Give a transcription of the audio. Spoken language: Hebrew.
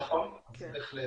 נכון, זה אחד מהם.